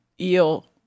eel